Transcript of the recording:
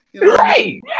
Right